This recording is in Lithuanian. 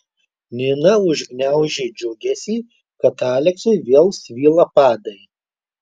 nina užgniaužė džiugesį kad aleksui vėl svyla padai